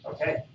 Okay